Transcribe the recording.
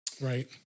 right